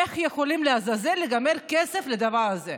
איך יכולים לעזאזל להגיד שנגמר הכסף לדבר הזה?